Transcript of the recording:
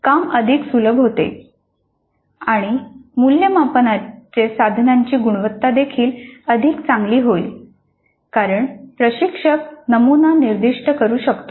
तर काम अधिक सुलभ होते आणि मूल्यमापनाचे साधनांची गुणवत्ता देखील अधिक चांगली होईल कारण प्रशिक्षक नमुना निर्दिष्ट करू शकतो